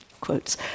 quotes